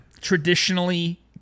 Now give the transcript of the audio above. Traditionally